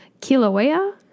kilauea